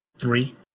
three